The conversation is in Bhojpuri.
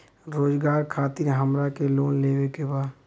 रोजगार खातीर हमरा के लोन लेवे के बा?